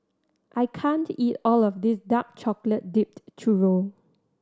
I can't eat all of this dark chocolate dipped churro